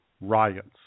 Riots